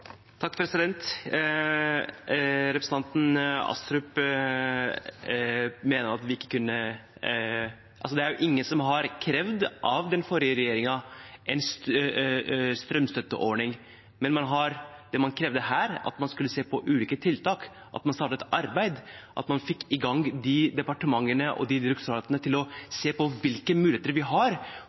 representanten Astrup: Det er ingen som har krevd en strømstøtteordning av den forrige regjeringen, men det man krevde her, var at man skulle se på ulike tiltak, at man startet et arbeid, at man fikk i gang departementene og direktoratene med å se på hvilke muligheter vi har